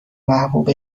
محبوب